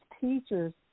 teachers